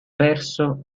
verso